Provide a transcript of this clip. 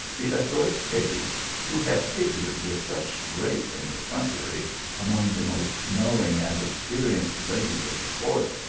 the adroit page who had figured with such grace and effrontery among the most knowing and ex perienced ladies of the court,